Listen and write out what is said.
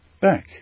back